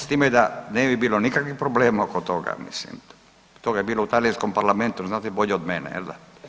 S time da ne bi bilo nikakvih problema oko toga, toga je bilo u Talijanskom parlamentu, znate bolje od mene jel da.